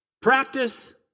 Practice